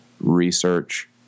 research